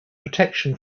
protection